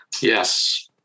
Yes